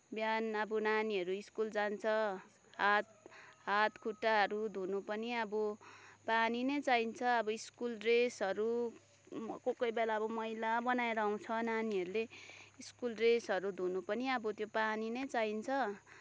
बिहान अब नानीहरू स्कुल जान्छ हात हात खुट्टाहरू धुनु पनि अब पानी नै चाहिन्छ अब स्कुल ड्रेसहरू कोही कोही बेला अब मैला बनाएर आउँछ नानीहरूले स्कुल ड्रेसहरू धुनु पनि अब त्यो पानी नै चाहिन्छ